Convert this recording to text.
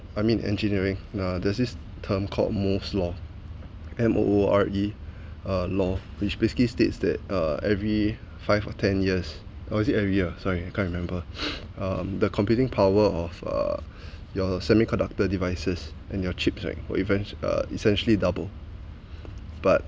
I mean engineering uh there's this term called moore's law M_O_O_R_E uh law which basically states that uh every five or ten years or is it every year sorry I can't remember the computing power of uh your semiconductor devices and your chips right will even uh essentially double but